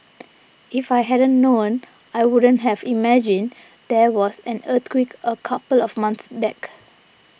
if I hadn't known I wouldn't have imagined there was an earthquake a couple of months back